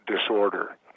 disorder